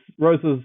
Rose's